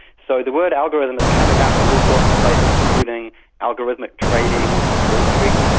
so the word algorithm is coming up in all sorts of places including algorithmic trading on wall street,